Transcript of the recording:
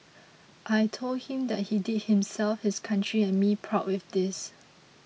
I told him that he did himself his country and me proud with this